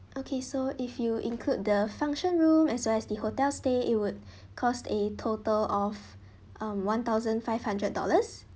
okay so if you include the function room as well as the hotel stay it would cost a total of um one thousand five hundred dollars